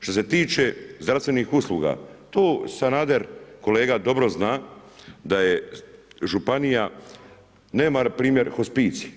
Što se tiče zdravstvenih usluga, to Sanader kolega dobro zna da je županija nema nap. hospicij.